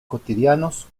cotidianos